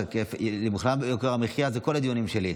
בכלל ביוקר המחיה, זה כל הדיונים שלי.